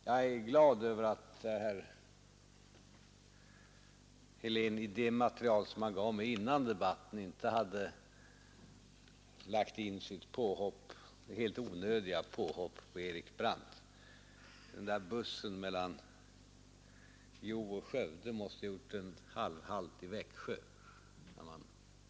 Jag är glad över att herr Helén i det material som han gav mig före debatten inte hade lagt in sitt helt onödiga påhopp på Erik Brandt — den där bussen mellan Hjo och Skövde måste ha stannat till i Växjö.